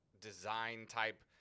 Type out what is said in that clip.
design-type